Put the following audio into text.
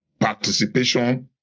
Participation